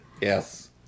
Yes